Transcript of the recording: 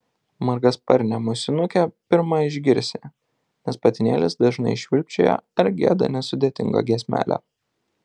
margasparnę musinukę pirma išgirsi nes patinėlis dažnai švilpčioja ar gieda nesudėtingą giesmelę